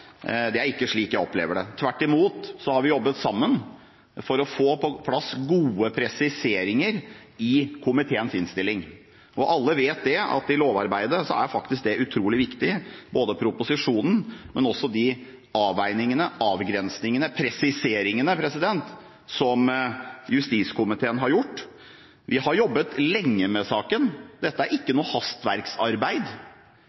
Det er ikke slik jeg opplever det. Tvert imot har vi jobbet sammen for å få på plass gode presiseringer i komiteens innstilling. Alle vet at i lovarbeidet er det faktisk utrolig viktig – proposisjonen, men også de avveiningene, avgrensningene og presiseringene som justiskomiteen har gjort. Vi har jobbet lenge med saken. Dette er ikke